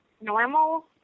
normal